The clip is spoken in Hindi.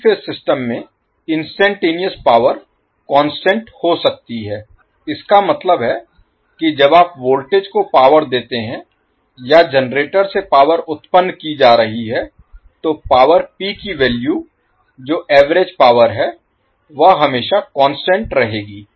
अब 3 फेज सिस्टम में इंस्टेंटेनियस Instantaneous तात्कालिक पावर कांस्टेंट हो सकती है इसका मतलब है कि जब आप वोल्टेज को पावर देते हैं या जनरेटर से पावर उत्पन्न की जा रही है तो पावर पी की वैल्यू जो एवरेज पावर है वह हमेशा कांस्टेंट रहेगी